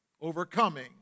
overcoming